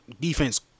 defense